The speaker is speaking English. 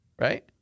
right